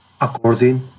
according